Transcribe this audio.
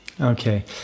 Okay